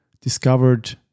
discovered